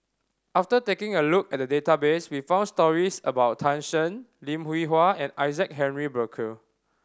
after taking a look at the database we found stories about Tan Shen Lim Hwee Hua and Isaac Henry Burkill